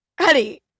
honey